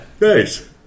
Nice